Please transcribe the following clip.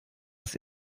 das